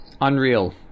unreal